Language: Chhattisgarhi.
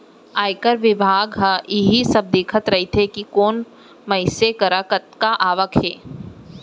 आयकर बिभाग ह इही सब देखत रइथे कि कोन मनसे करा कतका आवक हे